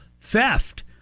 theft